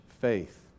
faith